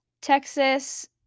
Texas